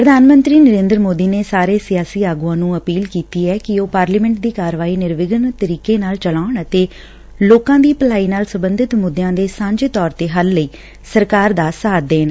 ਪ੍ਰਧਾਨ ਮੰਤਰੀ ਨਰੇਂਦਰ ਸੋਦੀ ਨੇ ਸਾਰੇ ਸਿਆਸੀ ਆਗੁਆਂ ਨੰ ਅਪੀਲ ਕੀਤੀ ਐ ਕਿ ਉਹ ਪਾਰਲੀਮੈਂਟ ਦੀ ਕਾਰਵਾਈ ਨਿਰਵਿਘਨ ਤਰੀਕੇ ਨਾਲ ਚਲਾਉਣ ਅਤੇ ਲੋਕਾਂ ਦੀ ਭਲਾਈ ਨਾਲ ਸਬੰਧਤ ਮੁੱਦਿਆਂ ਦੇ ਸਾਂਝੇ ਤੌਰ ਤੇ ਹੱਲ ਲਈ ਸਰਕਾਰ ਦਾ ਸਾਥ ਦੇਣ